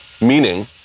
Meaning